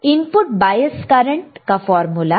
input bias current का formula